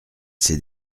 s’est